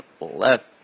left